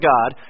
God